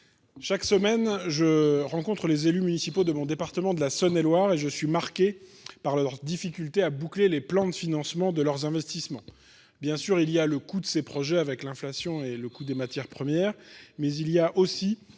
Chaque semaine, je rencontre les élus municipaux de mon département, de la Saône-et-Loire et je suis marquée par leurs difficultés à boucler les plans de financement de leurs investissements. Bien sûr il y a le coût de ces projets avec l'inflation et le coût des matières premières mais il y a aussi